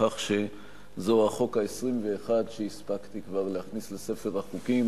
לכך שזהו החוק ה-21 שהספקתי כבר להכניס לספר החוקים